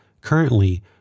Currently